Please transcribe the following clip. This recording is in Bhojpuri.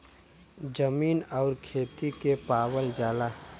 जमीन आउर खेती के पावल जाला